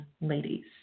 Ladies